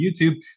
YouTube